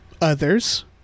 others